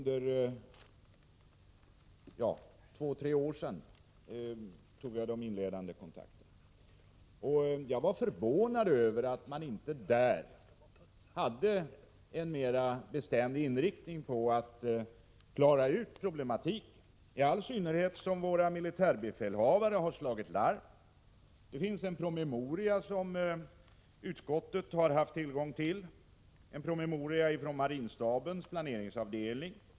De inledande kontakterna tog jag för två tre år sedan. Jag blev förvånad över att man där inte hade en mera bestämd inriktning på att klara ut problematiken, iallsynnerhet som våra militärbefälhavare har slagit larm. Utskottet har haft tillgång till en promemoria från marinstabens planeringsavdelning.